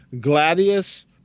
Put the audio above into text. Gladius